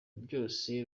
byose